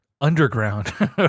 underground